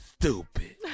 Stupid